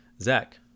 Zach